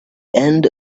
end